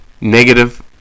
negative